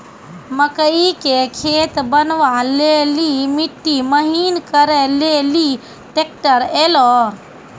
मकई के खेत बनवा ले ली मिट्टी महीन करे ले ली ट्रैक्टर ऐलो?